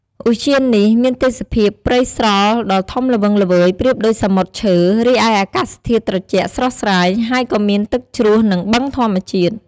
ឧទ្យាននេះមានទេសភាពព្រៃស្រល់ដ៏ធំល្វឹងល្វើយប្រៀបដូចសមុទ្រឈើ រីឯអាកាសធាតុត្រជាក់ស្រស់ស្រាយ ហើយក៏មានទឹកជ្រោះ និងបឹងធម្មជាតិ។